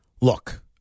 Look